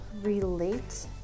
relate